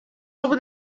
over